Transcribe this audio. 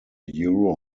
euro